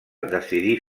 decidí